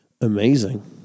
amazing